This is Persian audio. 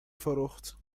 فروخت